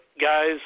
guys